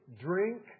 Drink